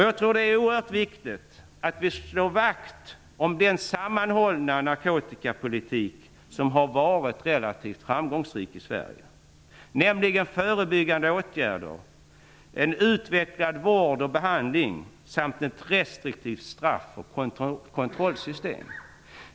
Jag tror att det är oerhört viktigt att vi slår vakt om den sammanhållna narkotikapolitik som har varit relativt framgångsrik i Sverige, nämligen förebyggande åtgärder, en utvecklad vård och behandling samt ett restriktivt straff och kontrollsystem.